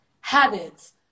habits